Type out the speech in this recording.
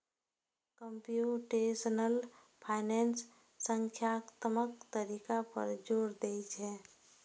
computational finance संख्यात्मक तरीका पर जोर दै छै